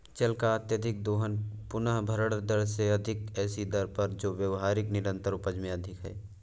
जल का अत्यधिक दोहन पुनर्भरण दर से अधिक ऐसी दर पर जो व्यावहारिक निरंतर उपज से अधिक है